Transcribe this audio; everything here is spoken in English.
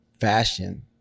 fashion